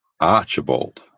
Archibald